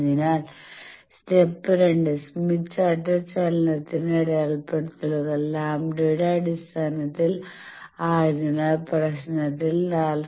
അതിനാൽ സ്റ്റെപ്പ് രണ്ട് Smith chart ചലനത്തിന്റെ അടയാളപ്പെടുത്തലുകൾ ലാംഡയുടെ അടിസ്ഥാനത്തിൽ ആയതിനാൽ പ്രശ്നത്തിൽ 4